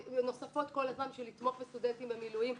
נוספות כל הזמן בשביל לתמוך בסטודנטים במילואים,